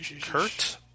Kurt